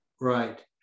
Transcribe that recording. Right